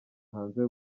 hanze